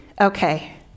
okay